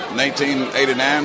1989